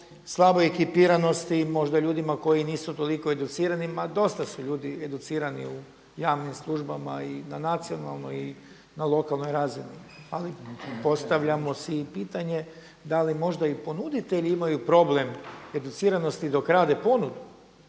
slaboj ekipiranosti, možda i ljudima koji nisu toliko educirani, ma dosta su ljudi educirani u javnim službama i na nacionalnoj i na lokalnoj razini, ali postavljamo si i pitanje da li možda i ponuditelji imaju problem educiranosti dok rade ponudu.